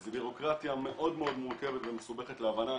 זו בירוקרטיה מאוד מאוד מורכבת ומסובכת להבנה,